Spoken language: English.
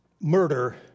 murder